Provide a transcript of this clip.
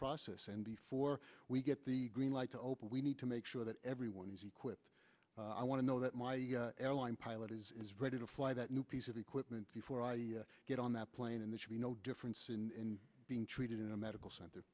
process and before we get the green light to open we need to make sure that everyone is equipped i want to know that my airline pilot is ready to fly that new piece of equipment before i get on that plane and that should be no difference in being treated in a medical center